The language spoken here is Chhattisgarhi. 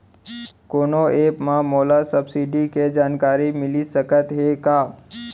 कोनो एप मा मोला सब्सिडी के जानकारी मिलिस सकत हे का?